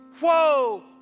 whoa